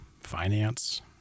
finance